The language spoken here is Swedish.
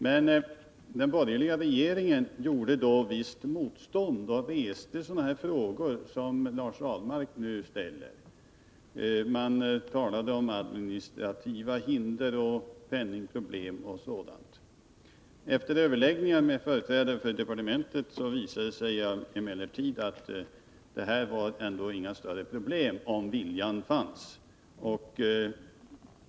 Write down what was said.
Men den borgerliga regeringen 117 gjorde då visst motstånd och reste sådana frågor som Lars Ahlmark nu ställer. Man talade om administrativa hinder, penningproblem och sådant. Efter överläggningar med företrädare för departementet visade det sig emellertid att det inte var några större problem att få till stånd en försöksverksamhet om viljan fanns.